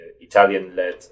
Italian-led